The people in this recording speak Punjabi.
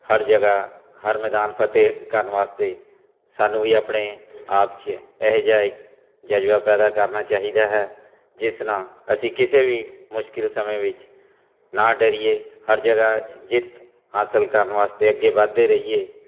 ਹਰ ਜਗ੍ਹਾ ਹਰ ਮੈਦਾਨ ਫਤਿਹ ਕਰਨ ਵਾਸਤੇ ਸਾਨੂੰ ਵੀ ਆਪਣੇ ਆਪ 'ਚ ਇਹੋ ਜਿਹਾ ਜਜ਼ਬਾ ਪੈਦਾ ਕਰਨਾ ਚਾਹੀਦਾ ਹੈ ਜਿਸ ਨਾਲ ਅਸੀਂ ਕਿਸੇ ਵੀ ਮੁਸ਼ਕਿਲ ਸਮੇਂ ਵਿੱਚ ਨਾ ਡਰੀਏ ਹਰ ਜਗ੍ਹਾ ਜਿੱਤ ਹਾਸਲ ਕਰਨ ਵਾਸਤੇ ਅੱਗੇ ਵਧਦੇ ਰਹੀਏ